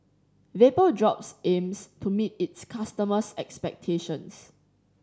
vapodrops aims to meet its customers' expectations